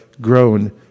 grown